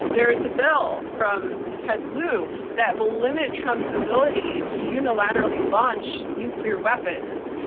there is a bill from ted lieu that will limit trump's ability to unilaterally launch nuclear weapons.